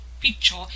picture